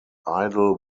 idol